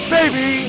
Baby